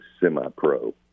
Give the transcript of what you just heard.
semi-pro